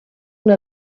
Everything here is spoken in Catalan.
una